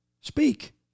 speak